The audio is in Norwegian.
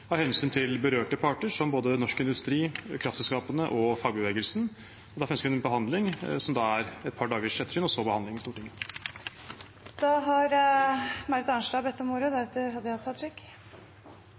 av hensyn til berørte parter, som både Norsk Industri, kraftselskapene og fagbevegelsen. Derfor ønsker vi en behandling som da er et par dagers gjennomsyn og så behandling i Stortinget. I saken om